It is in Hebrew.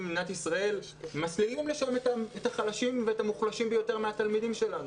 במדינת ישראל את החלשים והמוחלשים ביותר מהתלמידים שלנו.